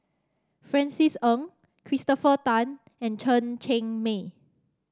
Francis Ng Christopher Tan and Chen Cheng Mei